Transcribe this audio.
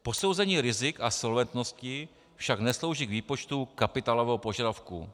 Posouzení rizik a solventnosti však neslouží k výpočtu kapitálového požadavku.